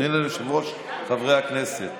אדוני היושב-ראש, חברי הכנסת,